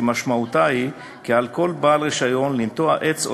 שמשמעותה היא כי על כל בעל רישיון לנטוע עץ או